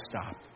stop